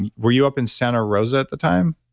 and were you up in santa rosa at the time?